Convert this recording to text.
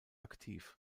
aktiv